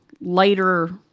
lighter